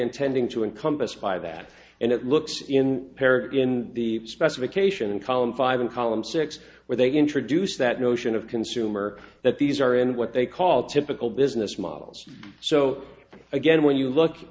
intending to encompass by that and it looks in paris in the specification in column five in column six where they introduce that notion of consumer that these are in what they call typical business models so again when you look